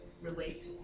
relate